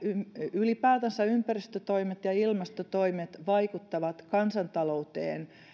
ylipäätänsä ympäristötoimet ja ja ilmastotoimet vaikuttavat kansantalouteen